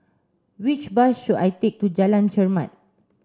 which bus should I take to Jalan Chermat